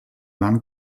van